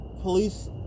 police